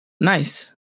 Nice